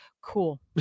cool